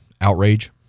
outrage